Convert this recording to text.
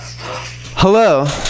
Hello